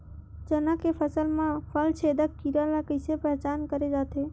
चना के फसल म फल छेदक कीरा ल कइसे पहचान करे जाथे?